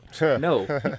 No